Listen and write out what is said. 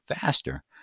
faster